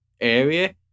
area